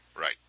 Right